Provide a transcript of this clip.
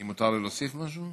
אם מותר לי להוסיף משהו?